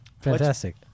Fantastic